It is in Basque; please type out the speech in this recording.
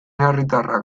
herritarrak